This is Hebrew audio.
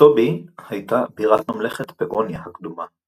סטובי הייתה בירת ממלכת פאוניה הקדומה,